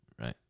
Right